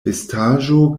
vestaĵo